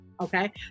Okay